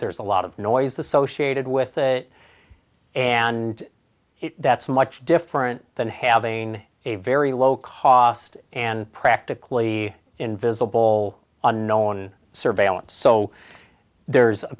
there's a lot of noise associated with it and that's much different than having a very low cost and practically invisible unknown surveillance so there's a